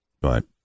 But-